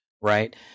right